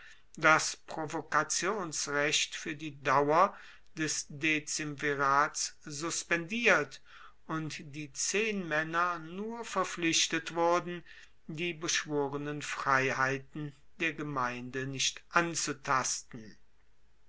das provokationsrecht fuer die dauer des dezemvirats suspendiert und die zehnmaenner nur verpflichtet wurden die beschworenen freiheiten der gemeinde nicht anzutasten